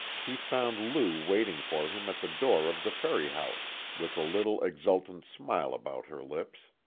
he found lou waiting for him at the door of the ferry-house, with a little exultant smile about her lips.